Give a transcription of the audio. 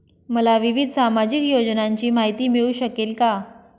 मला विविध सामाजिक योजनांची माहिती मिळू शकेल का?